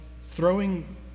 throwing